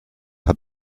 hat